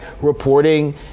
reporting